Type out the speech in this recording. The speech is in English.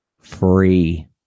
Free